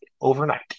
overnight